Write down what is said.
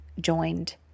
joined